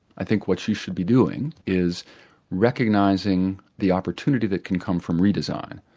i think what you should be doing is recognising the opportunity that can come from redesign.